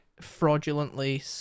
fraudulently